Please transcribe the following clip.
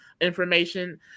information